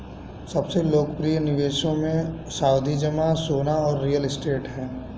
सबसे लोकप्रिय निवेशों मे, सावधि जमा, सोना और रियल एस्टेट है